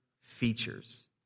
features